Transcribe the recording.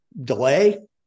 delay